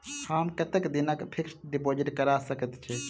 हम कतेक दिनक फिक्स्ड डिपोजिट करा सकैत छी?